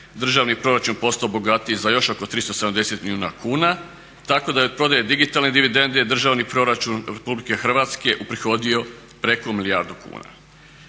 državni proračun je postao bogatiji za još oko 370 milijuna kuna tako da je od prodaje digitalne dividende Državni proračun RH uprihodio preko milijardu kuna.